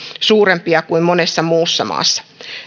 suurempia kuin monessa muussa maassa